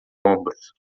ombros